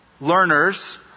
learners